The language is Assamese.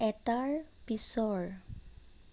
এটাৰ পিছৰ